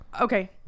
okay